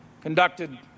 conducted